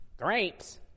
Grapes